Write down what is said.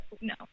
No